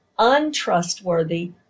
untrustworthy